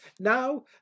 Now